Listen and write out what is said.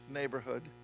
neighborhood